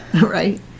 right